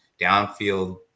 downfield